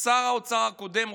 שר האוצר הקודם,